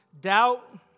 doubt